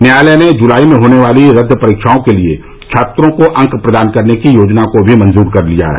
न्यायालय ने जुलाई में होने वाली रद्द परीक्षाओं के लिए छात्रों को अंक प्रदान करने की योजना भी मंजूर कर लिया है